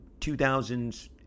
2000's